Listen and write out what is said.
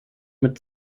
mit